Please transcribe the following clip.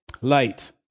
Light